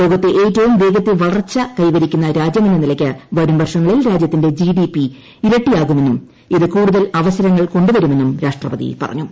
ലോകത്തെ ഏറ്റവും വേഗത്തിൽ വളർച്ച കൈവരിക്കുന്ന രാജ്യമെന്നനിലയ്ക്ക് വരും വർഷങ്ങളിൽ രാജ്യത്തിന്റെ ജിഡിപി ഇരട്ടിയാകുമെന്നും ഇത് കൂടുതൽ അവസരങ്ങൾ കൊ ുവരുമെന്നും രാഷ്ട്രപതി പറഞ്ഞു